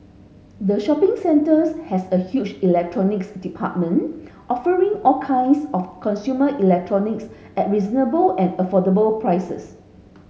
the shopping centres has a huge Electronics Department offering all kinds of consumer electronics at reasonable and affordable prices